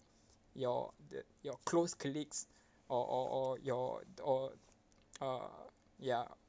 your that your close colleagues or or or your or uh ya